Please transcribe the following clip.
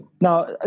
Now